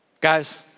Guys